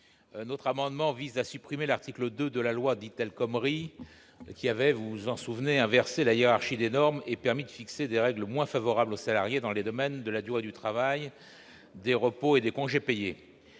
Notre amendement vise à supprimer l'article 2 de la loi dite El Khomri qui, vous vous en souvenez, avait inversé la hiérarchie des normes et permis de fixer des règles moins favorables aux salariés dans les domaines de la durée du travail, des repos et des congés payés.